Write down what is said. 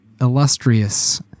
illustrious